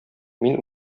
мин